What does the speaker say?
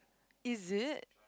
is it